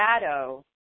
Shadow